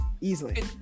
Easily